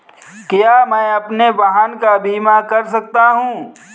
क्या मैं अपने वाहन का बीमा कर सकता हूँ?